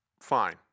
fine